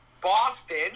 Boston